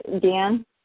Dan